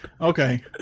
Okay